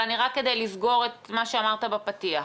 אבל רק כדי לסגור את מה שאמרת בפתיח,